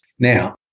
Now